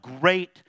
great